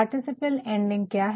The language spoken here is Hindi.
पार्टीसिपल एंडिंग क्या है